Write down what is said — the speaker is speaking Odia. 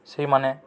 ସେହିମାନେ